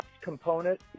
Component